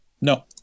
No